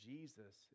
Jesus